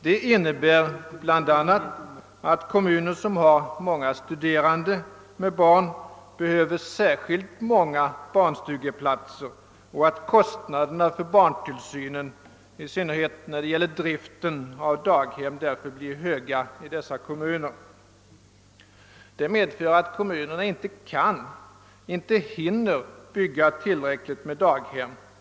Det innebär bl.a. att kommuner som har många studerande med barn behöver ett stort antal barnstugeplatser och att kostnaderna för barntillsynen, i synnerhet driften av daghem, blir höga i dessa fall. Resultatet är att kommunerna inte kan och inte hinner bygga tillräckligt med daghem.